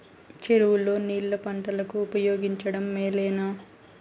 చెరువు లో నీళ్లు పంటలకు ఉపయోగించడం మేలేనా?